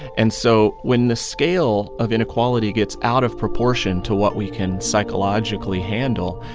and so when the scale of inequality gets out of proportion to what we can psychologically handle,